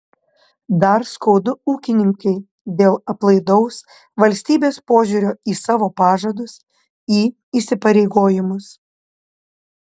dar skaudu ūkininkei dėl aplaidaus valstybės požiūrio į savo pažadus į įsipareigojimus